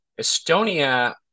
Estonia